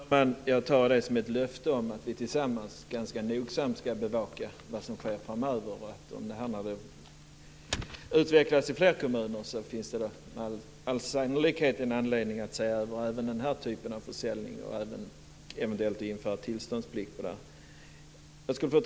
Fru talman! Jag tar det som ett löfte om att vi tillsammans ganska nogsamt ska bevaka vad som sker framöver. Om detta utvecklas i fler kommuner så finns det med all sannolikhet anledning att se över även den här typen av försäljning och även att införa tillståndsplikt för den. Fru talman!